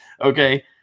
Okay